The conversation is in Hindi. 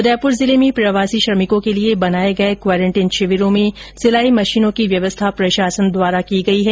उदयपुर जिले में प्रवासी श्रमिकों के लिए बनाए गए क्वारेंटीन शिविरों में सिलाई मशीनों की व्यवस्था प्रशासन द्वारा की गई है